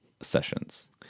sessions